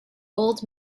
old